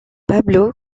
pablo